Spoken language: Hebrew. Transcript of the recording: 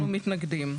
מתנגדים,